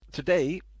Today